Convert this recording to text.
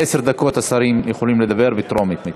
עשר דקות השרים יכולים לדבר בטרומית.